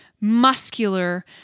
muscular